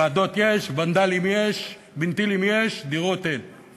ועדות יש, "ונדלים" יש, "ונטילים" יש, דירות אין.